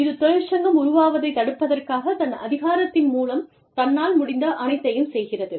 இது தொழிற்சங்கம் உருவாவதைத் தடுப்பதற்காக தன் அதிகாரத்தின் மூலம் தன்னால் முடிந்த அனைத்தையும் செய்கிறது